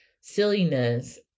silliness